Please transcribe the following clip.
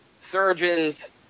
surgeons